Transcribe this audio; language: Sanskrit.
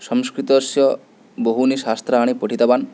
संस्कृतस्य बहूनि शास्त्राणि पठितवान्